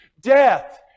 Death